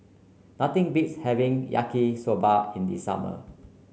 nothing beats having Yaki Soba in the summer